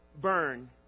burn